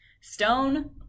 stone